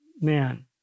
man